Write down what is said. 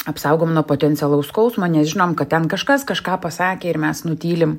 apsaugom nuo potencialaus skausmo nes žinom kad ten kažkas kažką pasakė ir mes nutylim